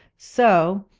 so,